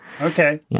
Okay